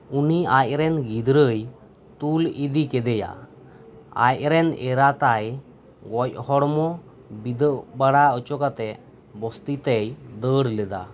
ᱩᱱᱤ ᱟᱡᱨᱮᱱ ᱜᱤᱫᱽᱨᱟᱹᱭ ᱛᱩᱞ ᱤᱫᱤ ᱠᱮᱫᱮᱭᱟ ᱟᱡᱨᱮᱱ ᱮᱨᱟᱛᱟᱭ ᱜᱟᱡ ᱦᱚᱲᱢᱚ ᱵᱤᱫᱟᱹᱣ ᱵᱟᱲᱟ ᱦᱚᱪᱚ ᱠᱟᱛᱮᱫ ᱵᱚᱥᱛᱤ ᱛᱮᱭ ᱫᱟᱹᱲ ᱞᱮᱫᱟ